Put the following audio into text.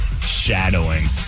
Shadowing